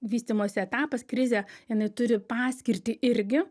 vystymosi etapas krizė jinai turi paskirtį irgi